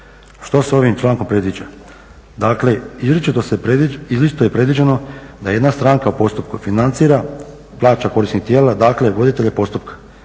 Što se s ovim člankom predviđa? Dakle, izričito je predviđeno da jedna stranka u postupku financira, plaća … tijela, dakle voditelja postupka,